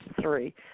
three